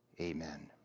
Amen